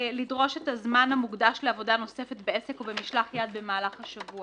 לדרוש את הזמן המוקדש לעבודה נוספת בעסק או במשלח יד במהלך השבוע.